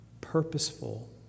purposeful